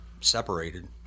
separated